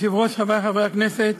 אדוני היושב-ראש, חברי חברי הכנסת,